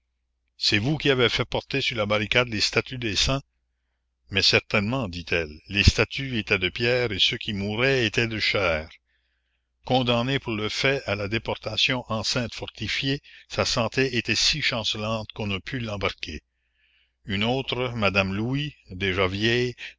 c'est vous qui avez fait porter sur la barricade les statues des saints mais certainement dit-elle les statues étaient de pierre et ceux qui mouraient étaient de chair condamnée pour le fait à la déportation enceinte fortifiée sa santé était si chancelante qu'on ne put l'embarquer une autre madame louis déjà vieille